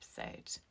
episode